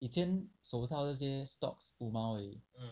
以前手套那些 stocks 五毛而已